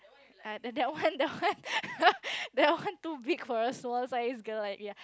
uh that one that one that one too big for a small size girl like me ya